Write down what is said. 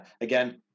again